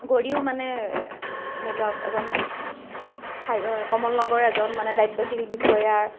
গৌৰীও মানে ধৰি লওক এজন ঠাই কমলনগৰৰ এজন মানে দায়িত্বশীল বিষয়াৰ